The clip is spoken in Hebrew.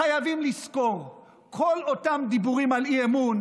חייבים לזכור שכל אותם דיבורים על אי-אמון